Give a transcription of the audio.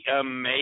amazing